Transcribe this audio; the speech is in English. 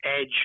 edge